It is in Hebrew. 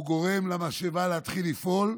הוא גורם למשאבה להתחיל לפעול,